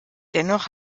dennoch